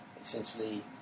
essentially